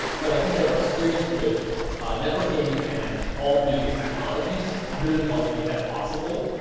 but i think that our experience with networking and all three of these technologies really helped make that possible.